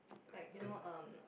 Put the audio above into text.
like you know um